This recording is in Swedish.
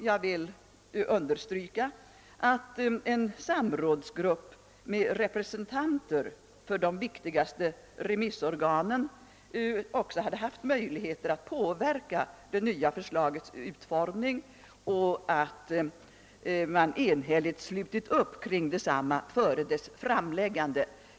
Jag vill understryka att en samrådsgrupp med representanter för de viktigaste remissorganen också hade haft möjligheter att påverka det nya förslagets utformning och att man enhälligt slutit upp bakom detsamma före dess framläggande.